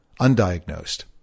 undiagnosed